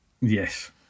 Yes